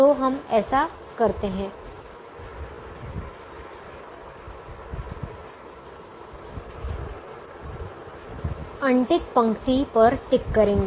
तो हम ऐसा करते हैं अनटिक पंक्ति पर टिक करेंगे